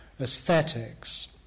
aesthetics